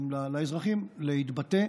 לאזרחים להתבטא,